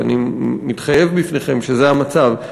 ואני מתחייב בפניכם שזה המצב,